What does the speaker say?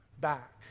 back